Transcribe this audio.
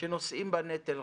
שנושאים בנטל.